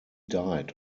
died